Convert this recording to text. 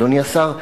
אדוני השר,